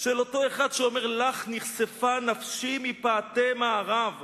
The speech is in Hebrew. של אותו אחד שאומר: "לך נכספה נפשי מפאתי מערב /